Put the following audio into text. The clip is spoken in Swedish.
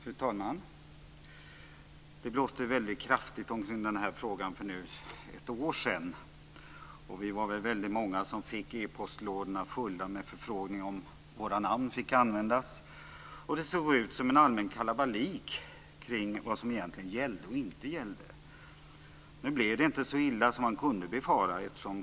Fru talman! Det blåste väldigt kraftigt omkring den här frågan för ett år sedan. Vi var många som fick e-postlådorna fulla med förfrågningar om ifall våra namn fick användas. Det såg ut som en allmän kalabalik kring vad som egentligen gällde och inte gällde. Nu blev det inte så illa som man kunde befara.